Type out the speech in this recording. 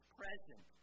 present